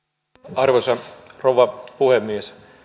arvoisa rouva puhemies